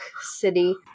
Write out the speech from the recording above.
City